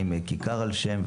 לפעמים כיכר על שם,